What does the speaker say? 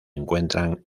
encuentran